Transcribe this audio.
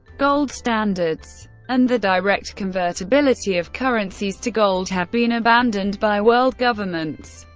gold standards and the direct convertibility of currencies to gold have been abandoned by world governments,